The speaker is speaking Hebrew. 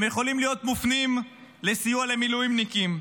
הם יכולים להיות מופנים לסיוע למילואימניקים,